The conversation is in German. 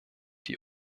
die